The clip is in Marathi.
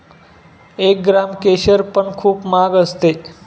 एक ग्राम केशर पण खूप महाग असते